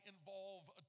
involve